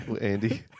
Andy